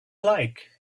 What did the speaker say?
like